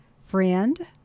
Friend